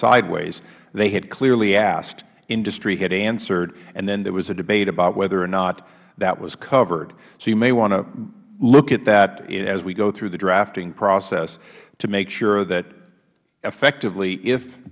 sideways they had clearly asked industry had answered and then there was a debate about whether or not that was covered you may want to look at that as we go through the drafting process to make sure that effectively if